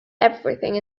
everything